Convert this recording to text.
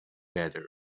better